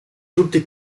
tutti